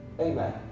Amen